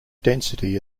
density